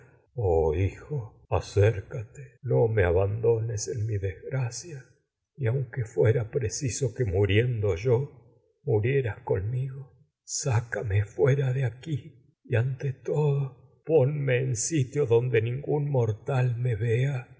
oh hijo acércate ni no abandones que mi desgracia yo aunque fuera preciso muriendo y murieras conmigo sácame fuera de aquí sitio ante todo ponme en donde ningún mortal me vea